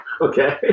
Okay